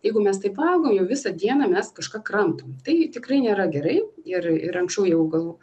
jeigu mes taip valgom jau visą dieną mes kažką kramtom tai tikrai nėra gerai ir ir anksčiau jau gal